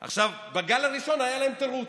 עכשיו, בגל הראשון היה להם תירוץ,